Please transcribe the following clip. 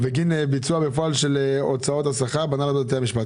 בגין ביצוע בפועל של הוצאות השכר בהנהלת בתי המשפט.